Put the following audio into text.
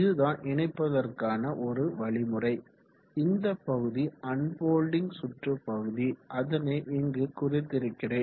இதுதான் இணைப்பதற்கான ஒரு வழிமுறை இந்த பகுதி அன்ஃபொல்டிங் சுற்று பகுதி அதனை இங்கு குறித்திருக்கிறேன்